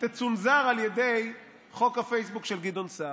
תצונזר על ידי חוק הפייסבוק של גדעון סער,